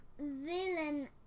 Villain